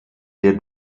der